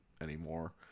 anymore